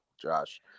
Josh